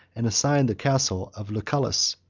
and assigned the castle of lucullus,